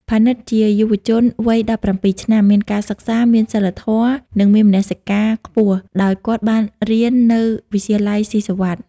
ផានីតជាយុវជនវ័យ ១៧ ឆ្នាំ មានការសិក្សា មានសីលធម៌ និងមានមនសិការខ្ពស់ ដោយគាត់បានរៀននៅវិទ្យាល័យស៊ីសុវត្ថិ។